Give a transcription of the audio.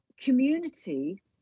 community